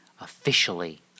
officially